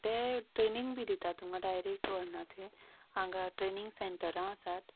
ते ट्रेनींग बी दितात तुमकां डायरेक्ट व्हरनात थंय हांगां ट्रेनींग सँटरां आसात